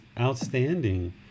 outstanding